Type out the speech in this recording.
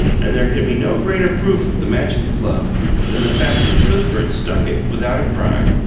and there can be no greater proof of the magic of love than the fact that cuthbert stuck it without a cry.